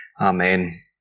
Amen